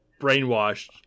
brainwashed